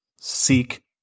seek